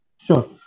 Sure